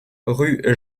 rue